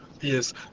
Yes